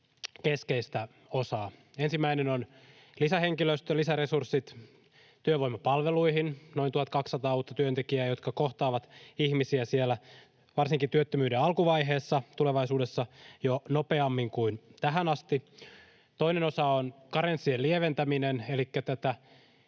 keskeistä osaa. Ensimmäinen on lisähenkilöstön lisäresurssit työvoimapalveluihin: noin 1 200 uutta työntekijää, jotka kohtaavat ihmisiä siellä varsinkin työttömyyden alkuvaiheessa tulevaisuudessa jo nopeammin kuin tähän asti. Toinen osa on karenssien lieventäminen, elikkä tätä